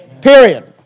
Period